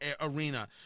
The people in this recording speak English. arena